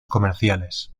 comerciales